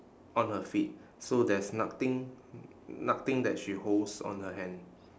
on her feet so there's nothing nothing that she holds on her hand